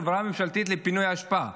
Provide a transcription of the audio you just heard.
ממשלתית לפינוי האשפה.